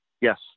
Yes